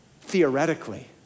theoretically